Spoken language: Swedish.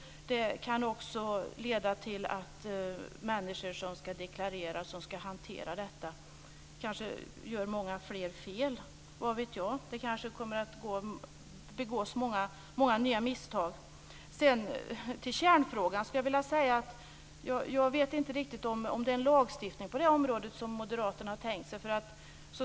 Det kan också leda till att människor som ska deklarera och hantera detta kanske gör många fler fel, vad vet jag. Det kanske kommer att begås många nya misstag. När det gäller kärnfrågan skulle jag vilja säga att jag inte riktigt vet om det är en lagstiftning på området som moderaterna har tänkt sig.